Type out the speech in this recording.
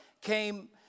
came